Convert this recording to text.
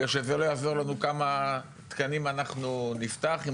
וזה לא יעזור לנו כמה תקנים אנחנו נפתח אם